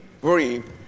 breathe